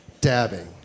Dabbing